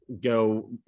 go